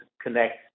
connect